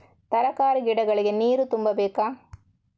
ತರಕಾರಿ ಗಿಡಗಳಿಗೆ ನೀರು ತುಂಬಬೇಕಾ?